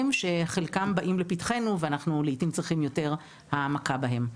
שחלקם באים לפתחנו ואנחנו לעתים צריכים יותר העמקה בהם.